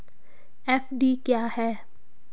FD क्या है?